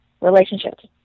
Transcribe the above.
relationships